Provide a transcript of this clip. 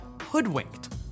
hoodwinked